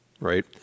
right